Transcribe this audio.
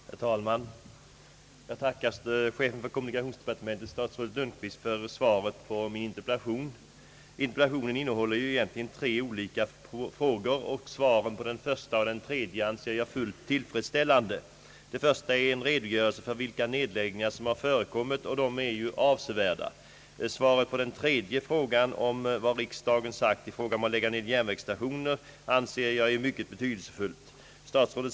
Herr talman! Jag tackar chefen för kommunikationsdepartementet, statsrådet Lundkvist, för svaret på min interpellation. Den innehåller tre olika frågor. Svaren på första och tredje frågan anser jag fullt tillfredsställande. Den första gällde en redogörelse för vilka nedläggningar som har förekommit. Dessa är ju avsevärda. Svaret på den tredje frågan om vad riksdagen sagt om nedläggning av järnvägsstationer anser jag mycket betydelsefullt.